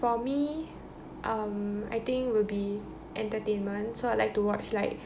for me um I think will be entertainment so I like to watch like